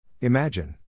Imagine